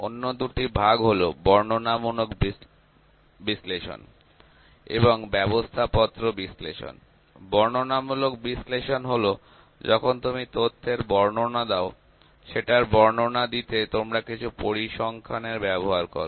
অন্য দুটি ভাগ হলো বর্ণনামূলক বিশ্লেষণ এবং ব্যবস্থাপত্র বিশ্লেষণ বর্ণনামূলক বিশ্লেষণ হল যখন তুমি তথ্যের বর্ণনা দাও সেটার বর্ণনা দিতে তোমরা কিছু পরিসংখ্যানের ব্যবহার করো